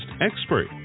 expert